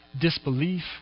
Disbelief